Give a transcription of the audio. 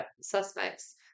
suspects